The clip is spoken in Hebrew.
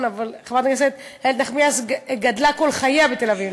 חברת הכנסת איילת נחמיאס גדלה כל חייה בתל-אביב,